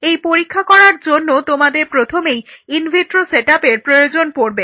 এই পরীক্ষা করার জন্য তোমাদের প্রথমেই ইন ভিট্রো সেটআপের প্রয়োজন পড়বে